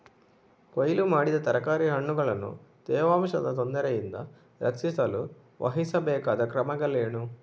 ಕೊಯ್ಲು ಮಾಡಿದ ತರಕಾರಿ ಹಣ್ಣುಗಳನ್ನು ತೇವಾಂಶದ ತೊಂದರೆಯಿಂದ ರಕ್ಷಿಸಲು ವಹಿಸಬೇಕಾದ ಕ್ರಮಗಳೇನು?